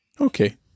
Okay